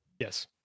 Yes